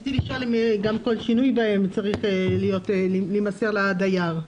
רציתי לשאול אם גם שינוי בכללי ההתנהגות יימסר לדייר.